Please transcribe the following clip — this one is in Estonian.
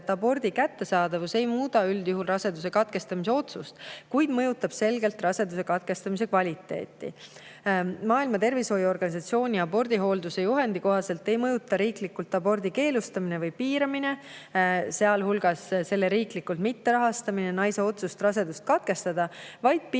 et abordi kättesaadavus ei muuda üldjuhul raseduse katkestamise otsust, kuid mõjutab selgelt raseduse katkestamise kvaliteeti. Maailma Terviseorganisatsiooni abordihoolduse juhendi kohaselt ei mõjuta riiklikult abordi keelustamine või piiramine, sealhulgas selle riiklikult mitterahastamine, naise otsust rasedust katkestada, vaid piirab naise